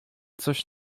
coś